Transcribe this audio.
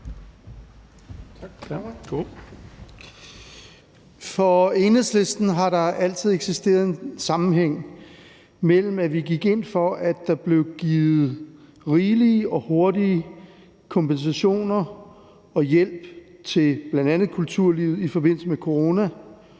For Enhedslisten har der altid eksisteret en sammenhæng mellem, at vi på den ene side gik ind for, at der blev givet rigelige og hurtige kompensationer og hjælp til bl.a. kulturlivet i forbindelse med corona,